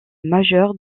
majeur